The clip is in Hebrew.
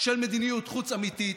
של מדיניות חוץ אמיתית,